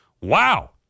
Wow